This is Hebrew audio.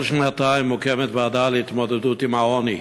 כל שנתיים מוקמת ועדה להתמודדות עם העוני.